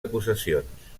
acusacions